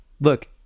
look